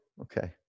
Okay